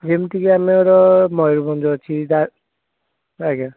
ଯେମିତିକି ଆମର ମୟୂରଭଞ୍ଜ ଅଛି ଆଜ୍ଞା